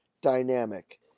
dynamic